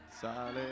Solid